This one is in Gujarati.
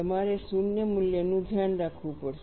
તમારે શૂન્ય મૂલ્યનું ધ્યાન રાખવું પડશે